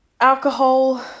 alcohol